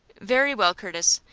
very well, curtis.